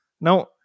Now